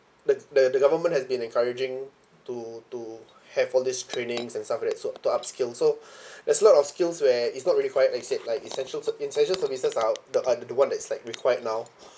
the the the government has been encouraging to to have all these trainings and stuff like that so to upskill so there's a lot of skills where it's not really quite I said like essential essential services are the uh the one that's like required now